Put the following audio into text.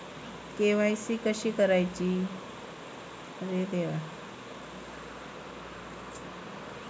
KYC कशी करायची?